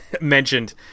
mentioned